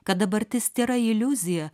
kad dabartis tėra iliuzija